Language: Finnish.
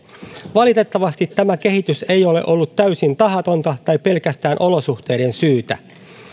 valitettavasti tämä kehitys ei ole ollut täysin tahatonta tai pelkästään olosuhteiden syytä